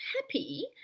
happy